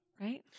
Right